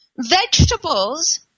Vegetables